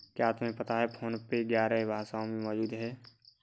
क्या तुम्हें पता है फोन पे ग्यारह भाषाओं में मौजूद है?